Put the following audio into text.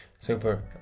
super